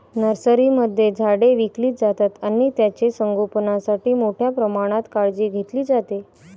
नर्सरीमध्ये झाडे विकली जातात आणि त्यांचे संगोपणासाठी मोठ्या प्रमाणात काळजी घेतली जाते